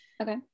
Okay